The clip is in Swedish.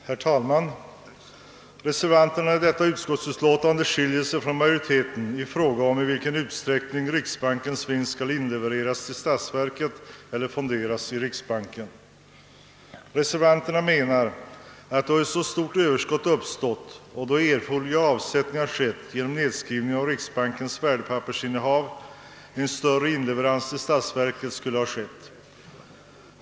Herr talman! Reservanterna när det gäller detta utskottsutlåtande skiljer sig från majoriteten i fråga om i vilken utsträckning riksbankens vinst skall inlevereras till statsverket eller fonderas. i banken. Reservanterna menar att då ett så stort överskott har uppstått och då erforderliga avsättningar har skett genom nedskrivning av riksbankens värdepappersinnehav en större inleverans till statsverket skulle ha skett.